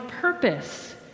purpose